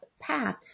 path